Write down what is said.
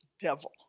devil